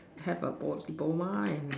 have a diploma and